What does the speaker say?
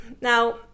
now